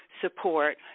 support